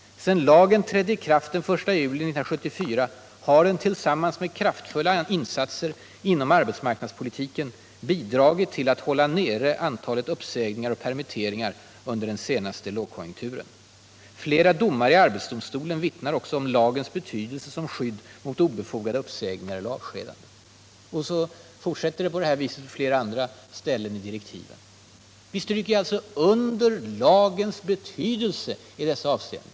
Sedan lagen trädde i kraft den 1 juli 1974 har den — tillsammans med kraftfulla insatser inom arbetsmarknadspolitiken — bidragit till att hålla nere antalet uppsägningar och permitteringar under den senaste lågkonjunkturen. Flera domar i arbetsdomstolen vittnar också om lagens betydelse som skydd mot obefogade uppsägningar eller avskedanden.” Direktiven fortsätter i samma anda på flera andra ställen. Vi stryker således under lagens betydelse i dessa avseenden.